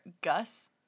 Gus